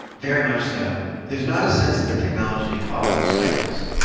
very much so. there not a sense that the technology follows cycles,